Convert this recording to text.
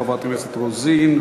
חברת הכנסת רוזין,